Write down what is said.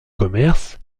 commerce